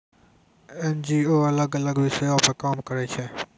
NGO अलग अलग विषयो पे काम करै छै